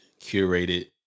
curated